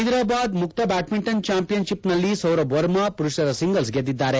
ಹ್ನೆದರಾಬಾದ್ ಮುಕ್ತ ಬ್ಲಾಡ್ಡಿಂಟನ್ ಚಾಂಪಿಯನ್ ಶಿಪ್ನಲ್ಲಿ ಸೌರಭ್ ವರ್ಮಾ ಪುರುಪರ ಸಿಂಗಲ್ಪ್ ಗೆದ್ದಿದ್ದಾರೆ